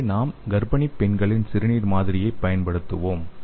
இங்கே நாம் கர்ப்பிணிப் பெண்களின் சிறுநீர் மாதிரியைப் பயன்படுத்துவோம்